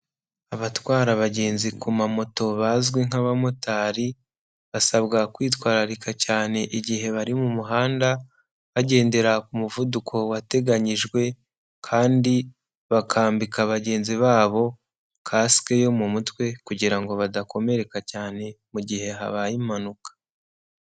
Abatwara abagenzi ku ma moto bazwi nk'abamotari, basabwa kwitwararika cyane igihe bari mu muhanda, bagendera ku muvuduko wateganyijwe kandi bakambika abagenzi babo kasike yo mu mutwe kugira ngo badakomereka cyane mu gihe habaye impanuka.